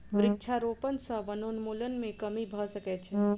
वृक्षारोपण सॅ वनोन्मूलन मे कमी भ सकै छै